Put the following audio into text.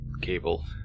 cable